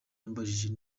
yambajije